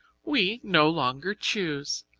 we no longer choose.